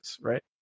right